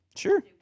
Sure